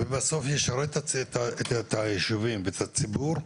ובסוף ישרת את הישובים ואת הציבור,